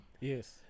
Yes